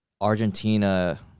Argentina